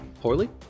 Poorly